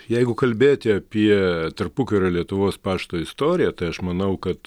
jeigu kalbėti apie tarpukario lietuvos pašto istoriją tai aš manau kad